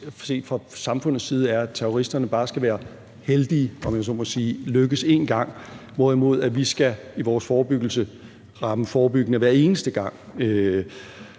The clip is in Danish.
set fra samfundets side, er, at terroristerne bare skal være heldige, om jeg så må sige, at lykkes én gang, hvorimod vi i vores forebyggelse skal ramme forebyggende hver eneste gang.